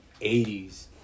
80s